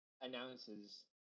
announces